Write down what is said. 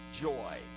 joy